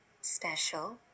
special